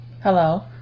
Hello